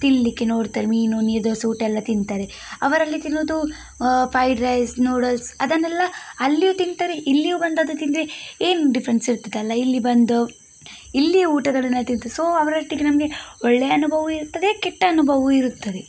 ತಿನ್ನಲಿಕ್ಕೆ ನೋಡ್ತಾರೆ ಮೀನು ನೀರುದೋಸೆ ಊಟ ಎಲ್ಲ ತಿಂತಾರೆ ಅವರಲ್ಲಿ ತಿನ್ನುದು ಫೈಡ್ ರೈಸ್ ನೂಡಲ್ಸ್ ಅದನ್ನೆಲ್ಲ ಅಲ್ಲಿಯೂ ತಿಂತಾರೆ ಇಲ್ಲಿಯೂ ಬಂದು ಅದು ತಿಂದರೆ ಏನು ಡಿಫ್ರೆನ್ಸ್ ಇರುತ್ತದ್ದಲ್ಲ ಇಲ್ಲಿ ಬಂದು ಇಲ್ಲಿಯ ಊಟದ ಸೊ ಅವರ ಒಟ್ಟಿಗೆ ನಮಗೆ ಒಳ್ಳೆಯ ಅನುಭವವೂ ಇರ್ತದೆ ಕೆಟ್ಟ ಅನುಭವವೂ ಇರುತ್ತದೆ